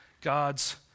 God's